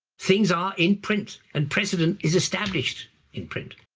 things are in print and precedent is established in print.